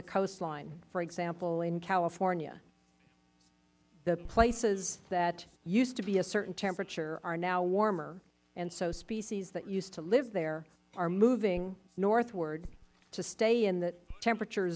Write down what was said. the coastline for example in california the places that used to be a certain temperature are now warmer and so species that used to live there are moving northward to stay in the temperature